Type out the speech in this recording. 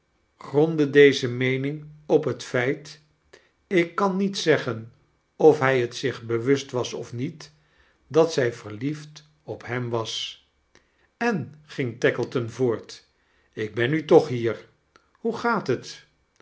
grondde dene meening op net feit ik kan met zeggen of hij t zich bewust was of niet dat zij verliefd op hem was en gihg tackleton voort ik ben nu toch hier hoe gaat het